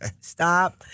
stop